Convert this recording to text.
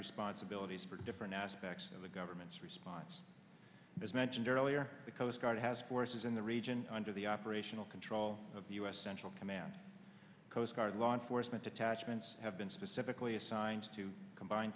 responsibilities for different aspects of the government's response as mentioned earlier the coast guard has forces in the region under the operational control of the u s central command coast guard law enforcement detachments have been specifically assigned to combine